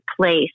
place